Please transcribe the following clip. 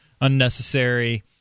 unnecessary